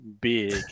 big